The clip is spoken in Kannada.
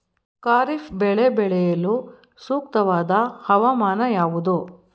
ಖಾರಿಫ್ ಬೆಳೆ ಬೆಳೆಯಲು ಸೂಕ್ತವಾದ ಹವಾಮಾನ ಯಾವುದು?